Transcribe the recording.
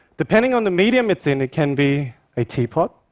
depending on the medium it's in, it can be a teapot,